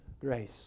grace